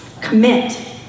Commit